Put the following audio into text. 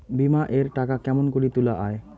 বিমা এর টাকা কেমন করি তুলা য়ায়?